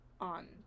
on